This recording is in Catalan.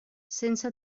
sense